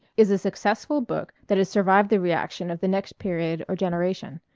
is a successful book that has survived the reaction of the next period or generation.